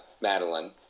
Madeline